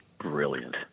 brilliant